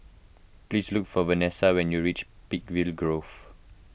please look for Vanesa when you reach Peakville Grove